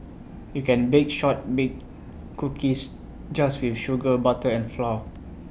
you can bake Shortbread Cookies just with sugar butter and flour